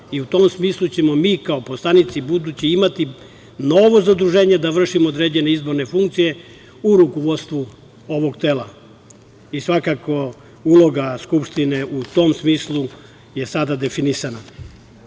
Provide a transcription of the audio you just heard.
U tom smislu ćemo mi kao poslanici budući imati novo zaduženje da vršimo određene izborne funkcije u rukovodstvu ovog tela. Svakako uloga Skupštine u tom smislu je sada definisana. Drugi